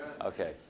Okay